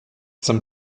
some